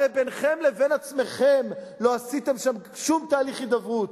הרי ביניכם לבין עצמכם לא עשיתם שם שום תהליך הידברות.